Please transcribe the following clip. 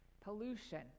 pollution